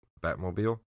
Batmobile